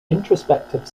introspective